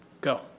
Go